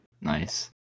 Nice